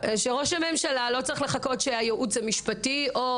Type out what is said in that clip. ראש הממשלה לא צריך לחכות שהייעוץ המשפטי או